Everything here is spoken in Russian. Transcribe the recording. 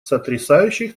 сотрясающих